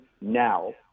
now